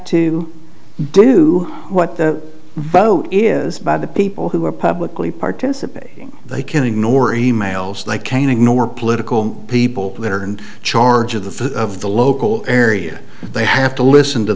to do what the vote is by the people who are publicly participating they can ignore e mails they can ignore political people that are in charge of the of the local area they have to listen to